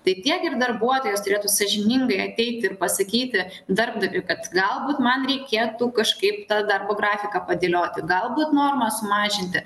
tai tiek ir darbuotojas turėtų sąžiningai ateiti ir pasakyti darbdaviui kad galbūt man reikėtų kažkaip tą darbo grafiką padėlioti galbūt normas sumažinti